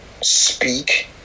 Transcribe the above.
speak